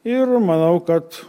ir manau kad